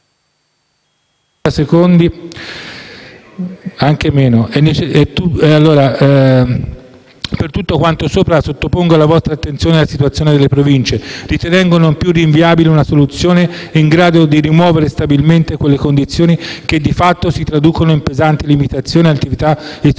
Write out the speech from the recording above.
Per tutto quanto sopra sottopongo alla vostra attenzione la situazione delle Province, ritenendo non più rinviabile una soluzione in grado di rimuovere stabilmente quelle condizioni che di fatto si traducono in pesanti limitazioni alle attività istituzionali